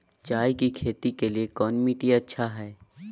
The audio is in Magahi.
चाय की खेती के लिए कौन मिट्टी अच्छा हाय?